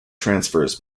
transfers